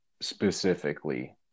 specifically